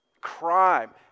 crime